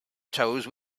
toes